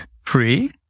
free